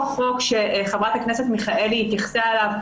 חוק שחברת הכנסת מיכאלי התייחסה אליו.